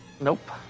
Nope